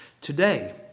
Today